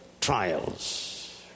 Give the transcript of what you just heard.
trials